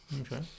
Okay